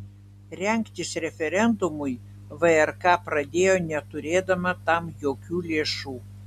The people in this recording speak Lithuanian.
rengtis referendumui vrk pradėjo neturėdama tam jokių lėšų